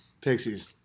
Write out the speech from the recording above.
Pixies